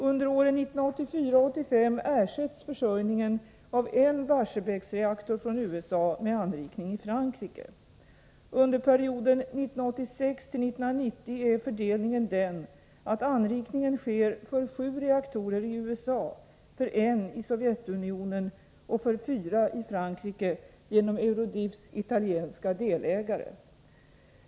Under åren 1984 och 1985 ersätts försörjningen av en Barsebäcksreaktor från USA med anrikning i Frankrike. Under perioden 1986-1990 är fördelningen den, att anrikningen sker för sju reaktorer i USA, för en i Sovjetunionen och för fyra i Frankrike genom Eurodifs italienska delägare.